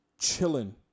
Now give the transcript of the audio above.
chilling